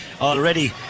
Already